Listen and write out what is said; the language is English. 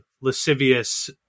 lascivious